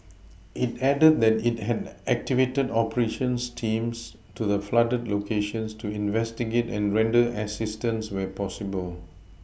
it added that it had activated operations teams to the flooded locations to investigate and render assistance where possible